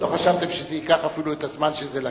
לא חשבתם שזה ייקח אפילו את הזמן שזה לקח.